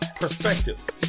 Perspectives